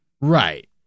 Right